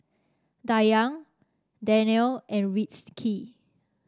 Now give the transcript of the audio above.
Dayang Danial and Rizqi